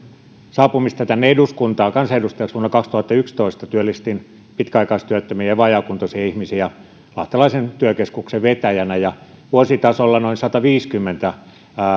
saapumistani tänne eduskuntaan kansanedustajaksi vuonna kaksituhattayksitoista työllistin pitkäaikaistyöttömiä ja vajaakuntoisia ihmisiä lahtelaisen työkeskuksen vetäjänä vuositasolla noin sataviisikymmentä